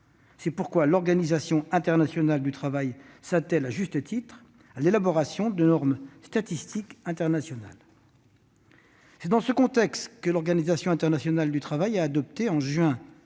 C'est pourquoi l'Organisation internationale du travail s'attelle, à juste titre, à élaborer des normes statistiques internationales. « C'est dans ce contexte que l'Organisation internationale du travail a adopté, au mois